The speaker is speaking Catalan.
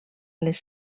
les